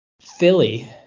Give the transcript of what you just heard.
Philly